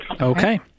Okay